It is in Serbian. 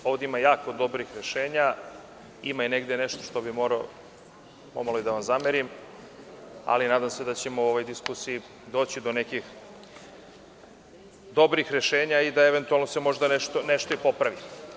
Ovde ima jako dobrih rešenja, ima i negde nešto što bih morao pomalo i da vam zamerim, ali nadam se da ćemo u ovoj diskusiji doći do nekih dobrih rešenja i da eventualno se možda nešto i popravi.